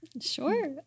Sure